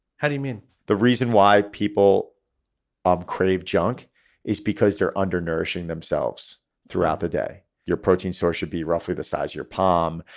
how do you mean? the reason why people um crave junk is because they're under nourishing themselves throughout the day your protein source should be roughly the size, your palm,